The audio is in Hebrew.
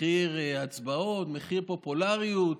מחיר ההצבעות, מחיר פופולריות,